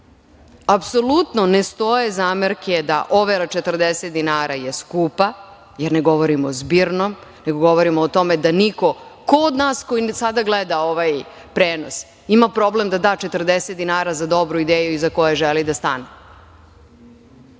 podaci. Apsolutno ne stoje zamerke da overa 40 dinara je skupa, jer ne govorimo o zbirnom, nego govorimo o tome da niko ko od nas koji sada gleda ovaj prenos ima problem da da 40 dinara za dobru ideju iza koje želi da stane.